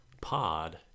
pod